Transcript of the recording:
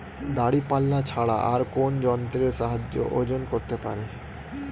দাঁড়িপাল্লা ছাড়া আর কোন যন্ত্রের সাহায্যে ওজন করতে পারি?